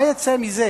מה יצא מזה